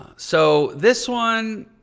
so this one,